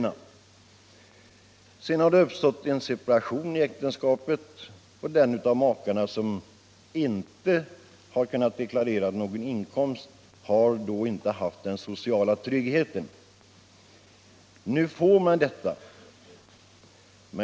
Om det sedan har uppstått en separation i äktenskapet, har den av makarna som inte har kunnat deklarera någon inkomst då inte heller haft den sociala tryggheten. Nu får man detta.